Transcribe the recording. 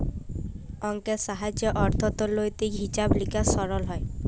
অংকের সাহায্যে অথ্থলৈতিক হিছাব লিকাস সরল হ্যয়